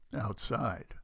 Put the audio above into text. outside